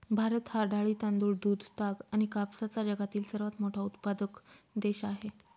भारत हा डाळी, तांदूळ, दूध, ताग आणि कापसाचा जगातील सर्वात मोठा उत्पादक देश आहे